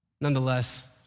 Nonetheless